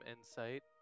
insight